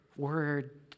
word